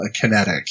kinetic